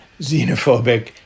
xenophobic